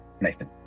Nathan